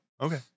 okay